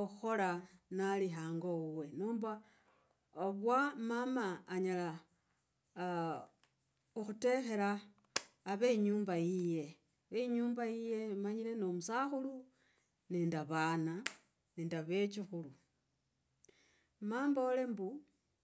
okhukhola nali hango wuwe nomba vwa mama anyela khutekhraa va inyumba yiye, ve ingumba yigie manyile ne omusakhulu, nende vana, nende vechukhulu. Ma mbole mbu.